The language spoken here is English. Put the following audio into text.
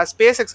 SpaceX